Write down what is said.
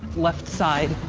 left side.